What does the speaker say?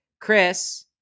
chris